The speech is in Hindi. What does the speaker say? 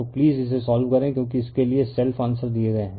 तो प्लीज इसे सोल्व करें क्योंकि इसके लिए सेल्फ आंसर दिए गए हैं